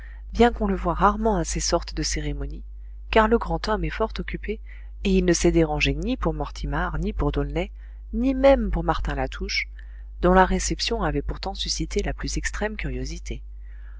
bien qu'on le voie rarement à ces sortes de cérémonies car le grand homme est fort occupé et il ne s'est dérangé ni pour mortimar ni pour d'aulnay ni même pour martin latouche dont la réception avait pourtant suscité la plus extrême curiosité